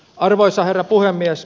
arvoisa herra puhemies